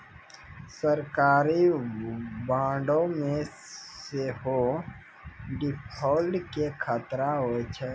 सरकारी बांडो मे सेहो डिफ़ॉल्ट के खतरा होय छै